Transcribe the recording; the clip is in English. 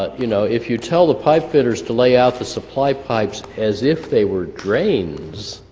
ah you know, if you tell the pipe fitters to lay out the supply pipes as if they were drains